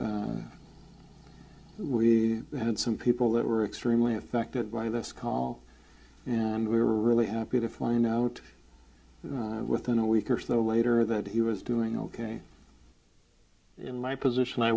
and we had some people that were extremely affected by this call and we were really happy to find out within a week or so there waiter that he was doing ok in my position i